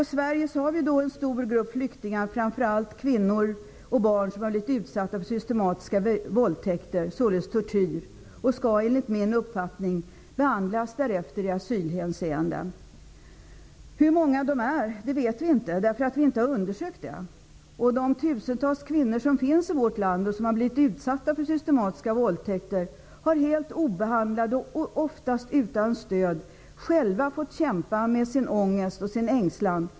I Sverige har vi en stor grupp flyktingar, framför allt kvinnor och barn, som har blivit utsatta för systematiska våldtäkter -- således tortyr. De skall enligt min uppfattning behandlas därefter i asylhänseende. Hur många dessa människor är vet vi inte, därför att vi inte har undersökt den saken ännu. De tusentals kvinnor som nu finns i vårt land och som har blivit utsatta för systematiska våldtäkter har helt utan behandling och oftast också utan stöd själva fått kämpa med sin ångest och sin ängslan.